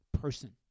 person